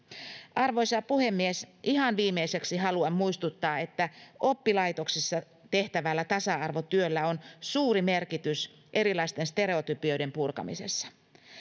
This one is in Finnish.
arvoisa puhemies ihan viimeiseksi haluan muistuttaa että oppilaitoksissa tehtävällä tasa arvotyöllä on suuri merkitys erilaisten stereotypioiden purkamisessa